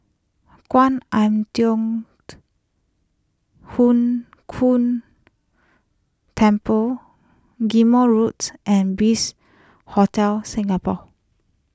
Kwan Im Thong Hood Temple Ghim Moh Roads and Bliss Hotel Singapore